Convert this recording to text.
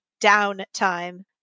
downtime